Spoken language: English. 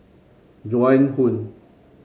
Joan Hon